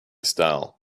style